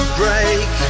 break